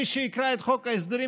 מי שיקרא את חוק ההסדרים,